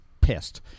pissed